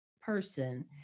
person